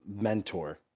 mentor